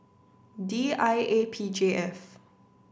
D I A P J F